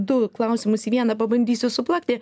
du klausimus į vieną pabandysiu suplakti